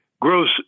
gross